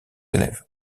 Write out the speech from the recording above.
élèves